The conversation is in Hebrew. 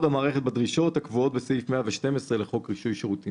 המערכת בדרישות הקבועות בסעיף 112 לחוק רישוי שירותים ומקצועות בענף הרכב".